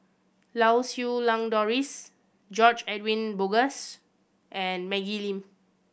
Lau Siew Lang Doris George Edwin Bogaars and Maggie Lim